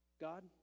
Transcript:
God